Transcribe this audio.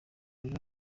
rero